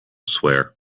swear